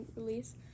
release